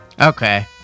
Okay